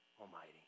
almighty